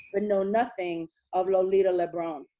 but know nothing of lolita lebron.